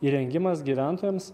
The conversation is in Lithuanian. įrengimas gyventojams